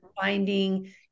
finding